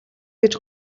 гэж